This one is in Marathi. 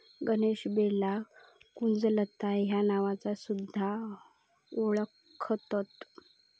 गणेशवेलाक कुंजलता ह्या नावान सुध्दा वोळखतत